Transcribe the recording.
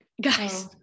Guys